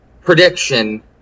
prediction